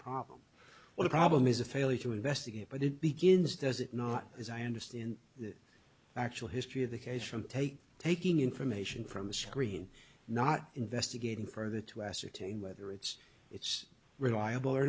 problem well the problem is a failure to investigate but it begins does it not as i understand the actual history of the case from take taking information from the screen not investigating further to ascertain whether it's it's reliable or